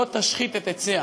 לא תשחית את עצה,